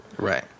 Right